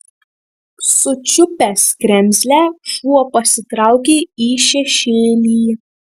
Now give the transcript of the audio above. sučiupęs kremzlę šuo pasitraukė į šešėlį